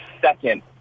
second